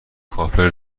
کاپر